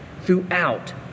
throughout